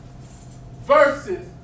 Versus